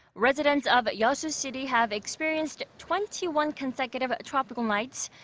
residents of yeosu city have experienced twenty one consecutive tropical nights,